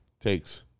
takes